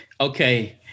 okay